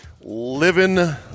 living